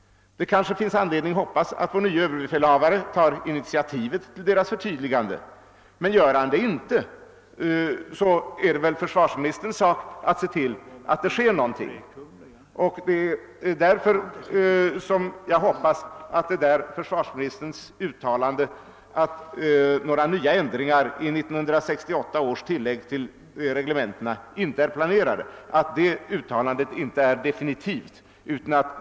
Det kanske finns anledning att hoppas att vår nye överbefälhavare tar initiativet till deras förtydligande. Men gör han inte det, är det väl försvarsministerns sak att se till att det sker någonting. Därför hoppas jag att försvarsministerns uttalande, att några. nya ändringar i 1968 års tillägg till reglementena inte är planerade, inte är definitivt.